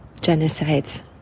genocides